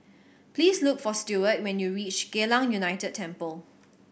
please look for Steward when you reach Geylang United Temple